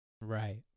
Right